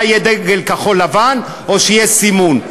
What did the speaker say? יהיה דגל כחול-לבן או שיהיה סימון.